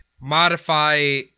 modify